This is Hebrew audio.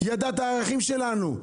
היא ידעה את הערכים שלנו.